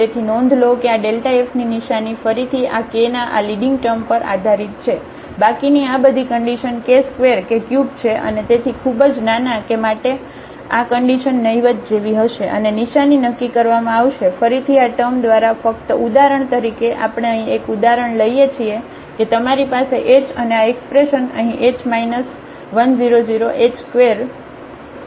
તેથી નોંધ લો કે આf ની નિશાની ફરીથી આ k ના આ લીડિંગ ટર્મ પર આધારીત છે બાકીની આ બધી કન્ડિશન k ² કે ક્યુબ છે અને તેથી ખૂબ જ નાના કે માટે આ કન્ડિશન નહિવત્ જેવી હશે અને નિશાની નક્કી કરવામાં આવશે ફરીથી આ ટર્મ દ્વારા ફક્ત ઉદાહરણ તરીકે આપણે અહીં એક ઉદાહરણ લઈએ છીએ કે તમારી પાસે h અને આ એક્સપ્રેશન અહીં h માઈનસ 1000 h ² આ 2000 ક્યુબ છે